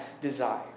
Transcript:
desire